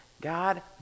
God